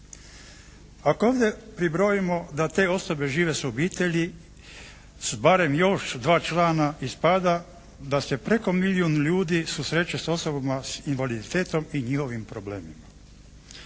Ako ovdje pribrojimo da te osobe žive s obitelji, s barem još dva člana ispada da se preko milijun ljudi susreće s osobama s invaliditetom i njihovim problemima.